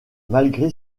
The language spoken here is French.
malgré